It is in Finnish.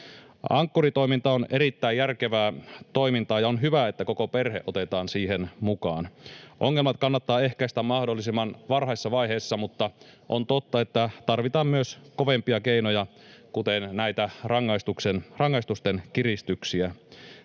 Ankkuri-toiminta on erittäin järkevää toimintaa, ja on hyvä, että koko perhe otetaan siihen mukaan. Ongelmat kannattaa ehkäistä mahdollisimman varhaisessa vaiheessa, mutta on totta, että tarvitaan myös kovempia keinoja, kuten näitä rangaistusten kiristyksiä.